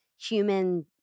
Human